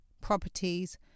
properties